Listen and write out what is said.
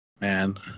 man